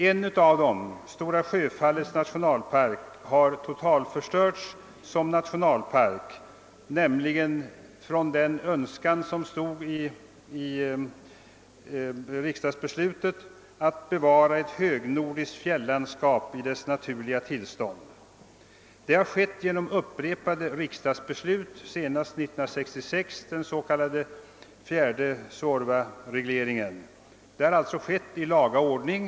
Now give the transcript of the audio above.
En av de ursprungliga, Stora Sjöfallets nationalpark, som enligt riksdagens beslut tillkom för att bevara ett högnor diskt fjällandskap i dess naturliga tillstånd, har emellertid totalförstörts som nationalpark med detta syfte. Det har skett genom upprepade riksdagsbeslut, senast år 1966, den s.k. fjärde Suorvaregleringen. Det har således skett i laga ordning.